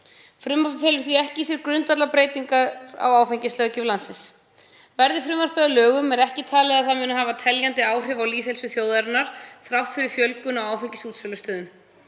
Frumvarpið felur því ekki í sér grundvallarbreytingar á áfengislöggjöf landsins. Verði frumvarpið að lögum er ekki talið að það muni hafa teljandi áhrif á lýðheilsu þjóðarinnar þrátt fyrir fjölgun á áfengisútsölustöðum.